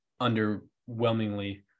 underwhelmingly